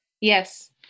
Yes